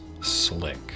Slick